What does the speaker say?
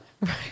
Right